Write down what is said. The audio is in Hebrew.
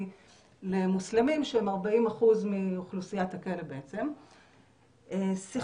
למוסלמים שהם 40% מאוכלוסיית הכלא בעצם המוסלמים,